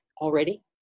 already